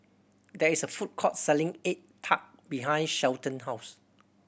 there is a food court selling egg tart behind Shelton house